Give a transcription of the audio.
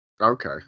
Okay